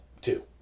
two